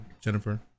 Jennifer